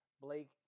Blake